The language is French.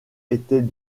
était